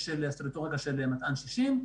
והסטטוטוריקה של מתע"ן 60,